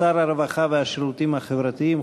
שר הרווחה והשירותים החברתיים,